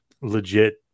legit